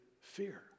fear